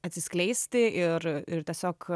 atsiskleisti ir ir tiesiog